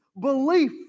belief